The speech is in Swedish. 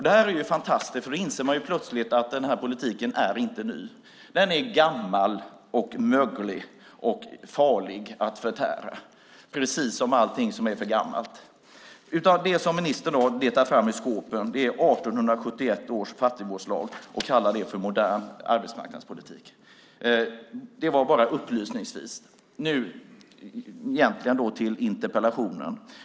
Det är fantastiskt, för då inser man plötsligt att den politiken inte är ny. Den är gammal och möglig och farlig att förtära, precis som allting som är för gammalt. Det som ministern letar fram i skåpen är 1871 års fattigvårdslag, och han kallar det för en modern arbetsmarknadspolitik. Det säger jag bara upplysningsvis. Nu ska jag egentligen gå över till interpellationen.